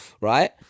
right